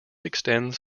extends